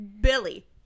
Billy